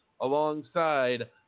alongside